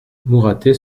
mouratet